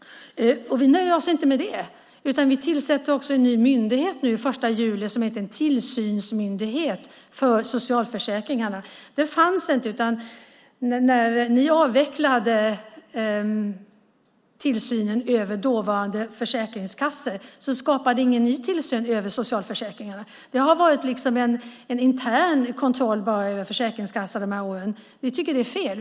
Vi nöjer oss inte med detta, utan vi tillsätter också en ny myndighet den 1 juli - en tillsynsmyndighet för socialförsäkringarna. Ni avvecklade tillsynen över de dåvarande försäkringskassorna, men ni skapade ingen ny tillsyn över socialförsäkringarna. Det har liksom varit en intern kontroll de här åren, och vi tycker att det är fel.